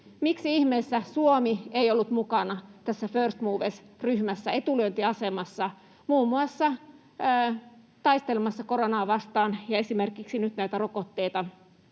Miksi ihmeessä Suomi ei ollut mukana tässä First Movers ‑ryhmässä, etulyöntiasemassa muun muassa taistelemassa koronaa vastaan ja esimerkiksi nyt